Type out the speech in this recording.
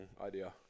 idea